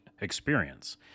experience